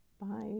Bye